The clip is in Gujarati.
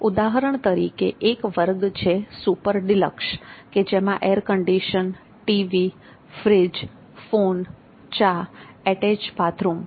ઉદાહરણ તરીકે એક વર્ગ છે સુપર ડિલક્ષ કે જેમાં એરકન્ડિશન ટીવી ફ્રીજ ફોન ચા એટેચૅડ બાથરુમ છે